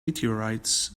meteorites